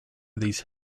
these